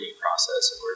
process